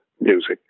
music